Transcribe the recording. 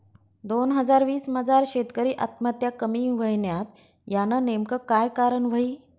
दोन हजार वीस मजार शेतकरी आत्महत्या कमी व्हयन्यात, यानं नेमकं काय कारण व्हयी?